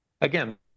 again